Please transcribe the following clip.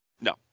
No